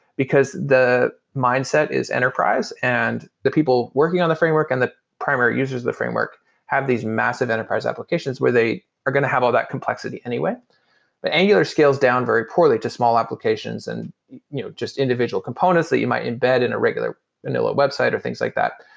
because the mindset is enterprise and the people working on the framework and the primary users of the framework have these massive enterprise applications, where they are going to have all that complexity anyway but angular scales down very poorly to small applications and just individual components that you might embed in a regular vanilla website or things like that.